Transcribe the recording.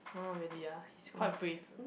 !huh! really ah he's quite brave